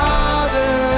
Father